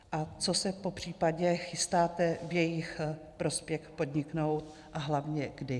A co se popřípadě chystáte v jejich prospěch podniknout a hlavně kdy?